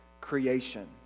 creation